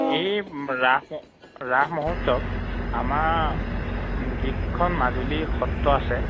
এই ৰাস ৰাস মহোৎসৱ আমাৰ যিকেইখন মাজুলীৰ সত্ৰ আছে